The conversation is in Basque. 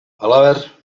halaber